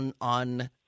on—